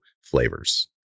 flavors